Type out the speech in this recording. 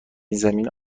زمینه